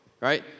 right